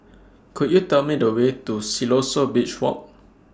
Could YOU Tell Me The Way to Siloso Beach Walk